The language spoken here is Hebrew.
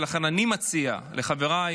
ולכן אני מציע לחבריי